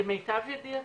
למיטב ידיעתי,